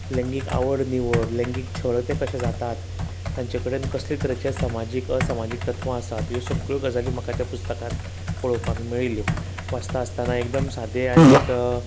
लेंगीक आवड निवड लेंगीक छळ कशें जातात तांचे कडेन कसल्या तरेचे समाजीक असमाजीक तत्वां आसा ह्यो सगळ्यो गजाली म्हाका त्या पुस्ताकन पळोवपाक मेळ्ळिल्ल्यो वासता आसतना एकदम सादे आनीक